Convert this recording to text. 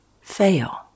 fail